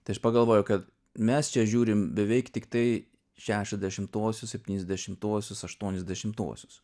tai aš pagalvojau kad mes čia žiūrim beveik tiktai šešiasdešimtuosius septyniasdešimtuosius aštuoniasdešimtuosius